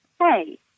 Hey